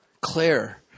Claire